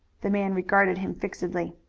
the man regarded him fixedly.